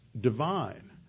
divine